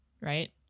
right